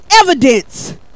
evidence